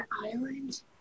island